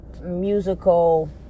musical